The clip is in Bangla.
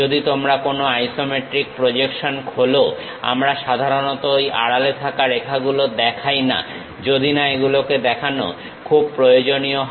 যদি তোমরা কোনো আইসোমেট্রিক প্রজেকশন খোলো আমরা সাধারণত ঐ আড়ালে থাকা রেখাগুলোকে দেখাই না যদি না এগুলোকে দেখানো খুব প্রয়োজনীয় হয়